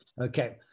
Okay